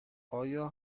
آیا